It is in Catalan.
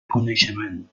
coneixement